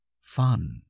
Fun